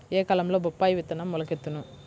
ఏ కాలంలో బొప్పాయి విత్తనం మొలకెత్తును?